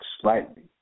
slightly